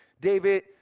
david